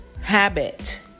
habit